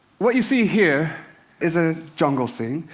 what you see here is a jungle scene,